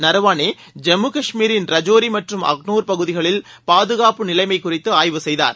நாரவனே ஜம்மு காஷ்மீரின் ரஜோரி மற்றும் அக்னூர் பகுதிகளில் பாதுகாப்பு நிலைமை குறித்து ஆய்வு செய்தார்